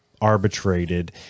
arbitrated